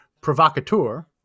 provocateur –